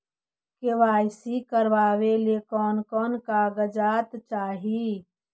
KYC करावे ले कोन कोन कागजात चाही?